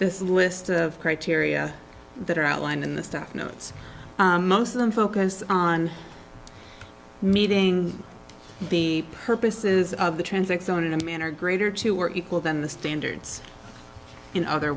this list of criteria that are outlined in the staff notes most of them focused on meeting the purposes of the transit zone in a manner greater to or equal than the standards in other